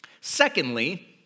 Secondly